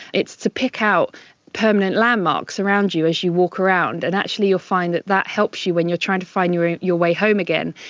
it's to pick out permanent landmarks around you as you walk around. and actually you'll find that that helps you when you're trying to find your way home again.